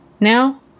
Now